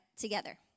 together